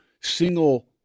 single